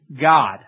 God